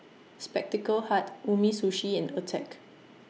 Spectacle Hut Umisushi and Attack